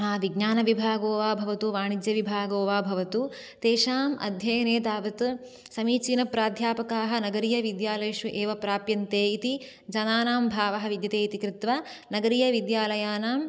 विज्ञानविभागो वा भवतु वाणिज्यविभागो वा भवतु तेषाम् अध्ययने तावत् समीचीनप्राध्यापकाः नगरीयविद्यालयेषु एव प्राप्यन्ते इति जनानां भावः विद्यते इति कृत्वा नगरीयविद्यालयानां